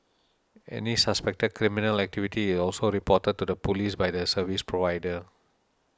any suspected criminal activity is also reported to the police by the service provider